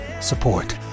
Support